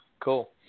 cool